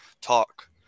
talk